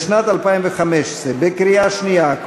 לשנת 2015 בקריאה שנייה,